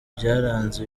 byaranze